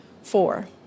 Four